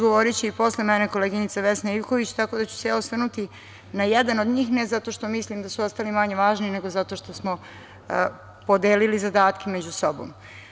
Govoriće i posle mene koleginica Vesna Ivković, tako da ću se ja osvrnuti na jedan od njih, ne zato što mislim da su ostali manje važni, nego zato što smo podelili zadatke među sobom.